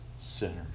sinners